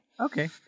okay